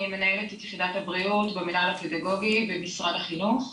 אני מנהלת את יחידת הבריאות במנהל הפדגוגי במשרד החינוך.